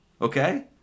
okay